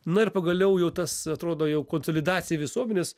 na ir pagaliau jau tas atrodo jau konsolidacija visuomenės